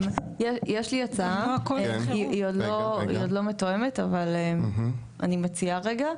יש לי הצעה, היא עוד לא מתואמת אבל אני מציעה רגע.